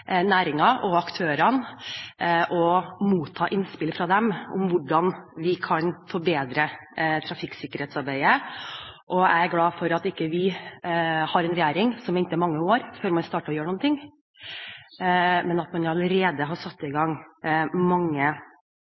og aktørene og motta innspill fra dem om hvordan vi kan forbedre trafikksikkerhetsarbeidet. Jeg er glad for at vi ikke har en regjering som venter i mange år før man starter med å gjøre noe, men at den allerede har satt i gang mange